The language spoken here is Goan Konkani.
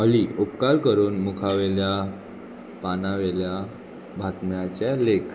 अली उपकार करून मुखावेल्या पानांवेल्या बातम्याचे लेख